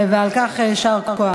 ועל כך יישר כוח.